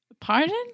Pardon